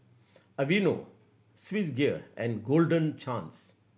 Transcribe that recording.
Aveeno Swissgear and Golden Chance